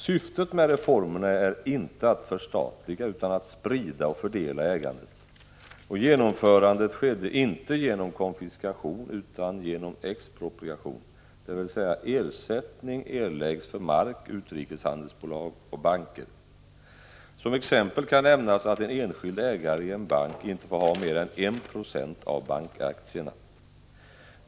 Syftet med reformerna är inte att förstatliga utan att sprida och fördela ägandet, och genomförandet har skett inte genom konfiskation utan genom expropriation, dvs. att ersättning erläggs för mark, utrikeshandelsbolag och banker. Som exempel kan nämnas att en enskild ägare i en bank inte får ha mer än 1 90 i bankaktier.